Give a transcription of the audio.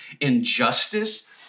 injustice